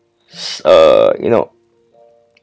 s~ uh you know